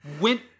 went